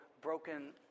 broken